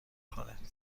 کنید